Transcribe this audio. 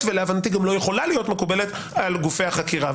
ולעמדתי גם לא יכולה להיות מקובלת על גופי החקירה.